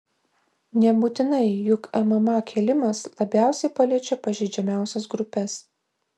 nebūtinai juk mma kėlimas labiausiai paliečia pažeidžiamiausias grupes